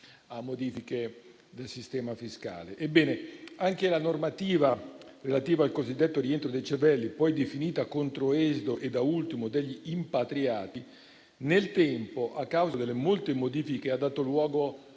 a modifiche del sistema fiscale. Ebbene, anche la normativa relativa al cosiddetto rientro dei cervelli, poi definita controesodo e da ultimo degli "impatriati", nel tempo, a causa delle molte modifiche, ha dato luogo